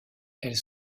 elles